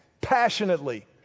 passionately